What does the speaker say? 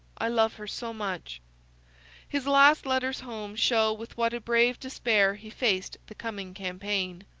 i love her so much his last letters home show with what a brave despair he faced the coming campaign.